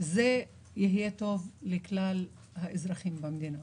אז יהיה גם טוב לכלל האזרחים במדינה.